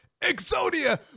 Exodia